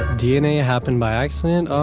dna ah happened by accident?